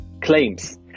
claims